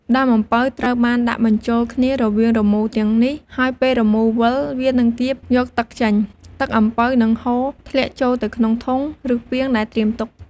ដើមអំពៅត្រូវបានដាក់បញ្ចូលគ្នារវាងរមូរទាំងនេះ ហើយពេលរមូរវិល វានឹងកៀបយកទឹកចេញ។ ទឹកអំពៅនឹងហូរធ្លាក់ចូលទៅក្នុងធុង ឬពាងដែលត្រៀមទុក។